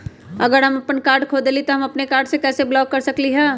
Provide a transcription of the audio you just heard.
अगर हम अपन कार्ड खो देली ह त हम अपन कार्ड के कैसे ब्लॉक कर सकली ह?